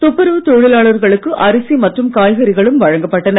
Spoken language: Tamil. துப்புறவுத் தொழிலாளர்களுக்கு அரிசி மற்றும் காய்கறிகளும் வழங்கப்பட்டன